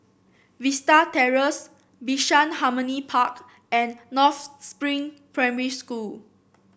Vista Terrace Bishan Harmony Park and North Spring Primary School